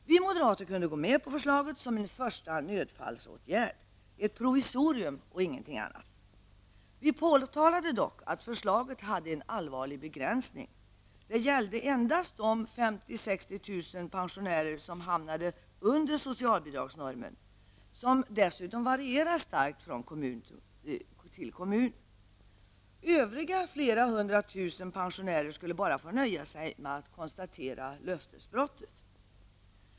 Vi moderater kunde gå med på förslaget som en första nödfallsåtgärd, ett provisorium och ingenting annat. Vi påtalade dock att förslaget hade en allvarlig begränsning, det gällde endast de 50 000-- 60 000 pensionärer som hamnade under socialbidragsnormen, vilken dessutom varierar starkt från kommun till kommun. Övriga flera hundra tusen pensionärer skulle bara få nöja sig med att konstatera löftesbrottet.